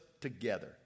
together